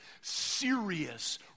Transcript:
serious